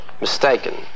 mistaken